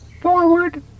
Forward